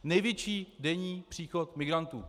Největší denní příchod migrantů.